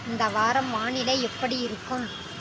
இந்த வாரம் வானிலை எப்படி இருக்கும்